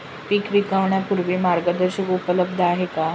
पीक विकण्यापूर्वी मार्गदर्शन उपलब्ध आहे का?